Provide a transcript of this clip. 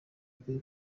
parker